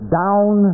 down